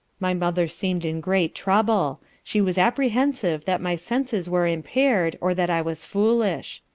my mother seemed in great trouble she was apprehensive that my senses were impaired, or that i was foolish.